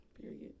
Period